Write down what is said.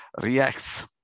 reacts